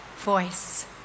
voice